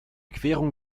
querung